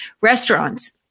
restaurants